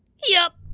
yup.